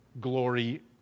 glory